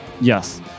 yes